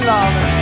Love